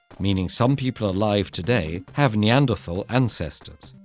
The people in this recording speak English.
meaning some people alive today have neanderthal ancestors.